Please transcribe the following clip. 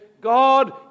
God